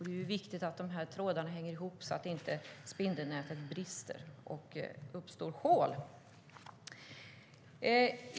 Det är ju viktigt att trådarna hänger ihop så att inte spindelnätet brister och det uppstår hål.